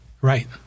Right